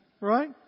Right